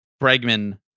Bregman